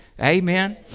Amen